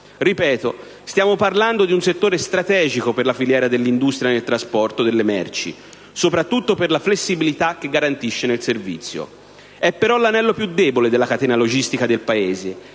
Ripeto, stiamo parlando di un settore strategico per la filiera dell'industria nel trasporto delle merci, soprattutto per la flessibilità che garantisce nel servizio. È però l'anello più debole della catena logistica del Paese